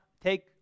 take